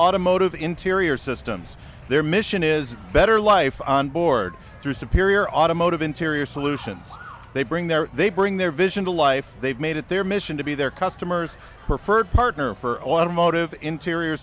automotive interior systems their mission is better life on board through superior automotive interior solutions they bring their they bring their vision to life they've made it their mission to be their customers preferred partner for automotive interior